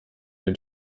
den